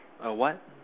a what